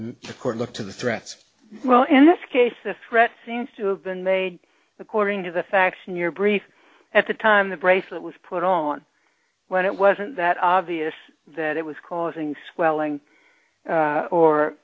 court look to the threats well in this case the threat seems to have been made according to the facts in your brief at the time the bracelet was put on when it wasn't that obvious that it was causing swelling